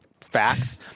facts